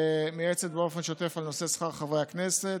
שמייעצת באופן שוטף בנושא שכר חברי הכנסת,